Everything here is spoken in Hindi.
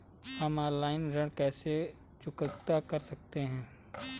हम ऑनलाइन ऋण को कैसे चुकता कर सकते हैं?